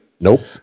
Nope